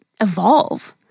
evolve